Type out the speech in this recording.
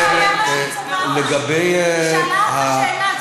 היא שאלה אותך שאלה.